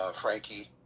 Frankie